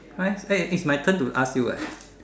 !huh! eh is my turn to ask you eh